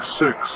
six